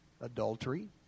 Adultery